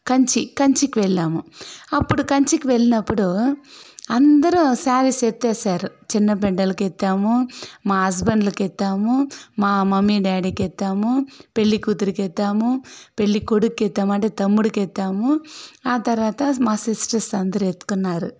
కంచి కంచికి వెళ్ళాము అప్పుడు కంచికి వెళ్ళినప్పుడు అందరు శారీస్ ఎత్తేసారు చిన్న బిడ్డలకి ఎత్తాము మా హస్బెండ్లకి ఎత్తాము మా మమ్మీ డాడీకి ఎత్తాము పెళ్లికూతురుకి ఎత్తాము పెళ్ళికొడుక్కి ఎత్తాము అంటే తమ్ముడికి ఎత్తాము ఆ తర్వాత మా సిస్టర్స్ అందరూ ఎత్తుకున్నారు